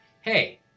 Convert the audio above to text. hey